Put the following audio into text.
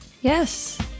Yes